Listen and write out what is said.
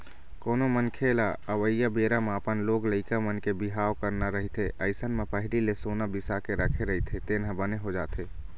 कोनो मनखे लअवइया बेरा म अपन लोग लइका मन के बिहाव करना रहिथे अइसन म पहिली ले सोना बिसा के राखे रहिथे तेन ह बने हो जाथे